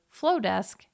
Flowdesk